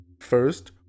First